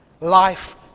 Life